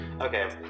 okay